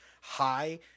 high